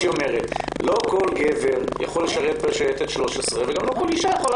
לא כל גבר יכול לשרת בשייטת 13 וגם לא כל אישה יכולה